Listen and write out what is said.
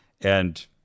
and-